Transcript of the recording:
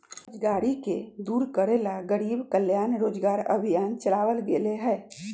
बेरोजगारी के दूर करे ला गरीब कल्याण रोजगार अभियान चलावल गेले है